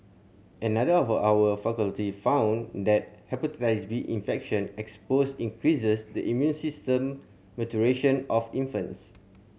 another of our faculty found that Hepatitis B infection exposure increases the immune system maturation of infants